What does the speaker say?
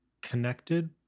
connected